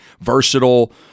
versatile